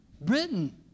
Britain